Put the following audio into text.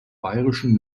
bayerischen